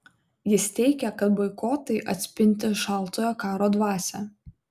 jis teigė kad boikotai atspindi šaltojo karo dvasią